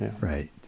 Right